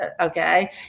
okay